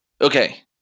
Okay